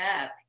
up